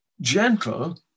Gentle